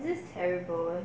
this terrible